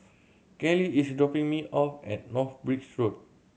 Keli is dropping me off at North Bridge Road